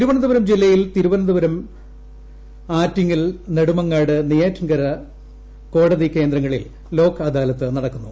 തിരുവനന്തപുരം ജില്ലയിൽ തിരുവനന്തപുരം ആറ്റിങ്ങൽ നെടുമങ്ങാട് നെയ്യാറ്റിൻകര കോടതി കേന്ദ്രങ്ങളിൽ ലോക് അദാലത്ത് നടക്കുന്നു